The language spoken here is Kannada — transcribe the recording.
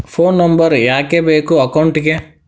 ಫೋನ್ ನಂಬರ್ ಯಾಕೆ ಬೇಕು ಅಕೌಂಟಿಗೆ?